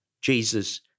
Jesus